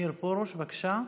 מאיר פרוש, בבקשה.